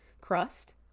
crust